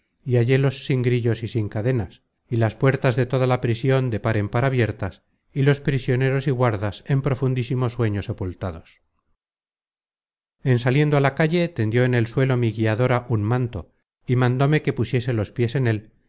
y hallélos sin grillos y sin cadenas y las puertas de toda la prision de par en par abiertas y los prisioneros y guardas en profundísimo sueño sepultados en saliendo a la calle tendió en el suelo mi guiadora un manto y mandóme que pusiese los piés en él